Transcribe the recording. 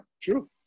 true